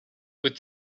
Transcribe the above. with